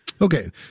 Okay